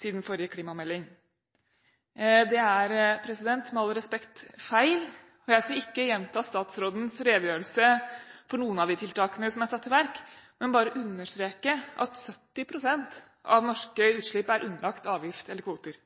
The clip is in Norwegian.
siden forrige klimamelding. Det er – med all respekt – feil. Jeg skal ikke gjenta statsrådens redegjørelse for noen av de tiltakene som er satt i verk, men bare understreke at 70 pst. av norske utslipp er underlagt avgift eller kvoter.